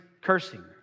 cursing